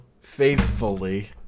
faithfully